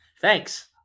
thanks